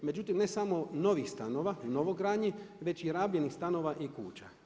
Međutim ne samo novih stanova, u novogradnji već i rabljenih stanova i kuća.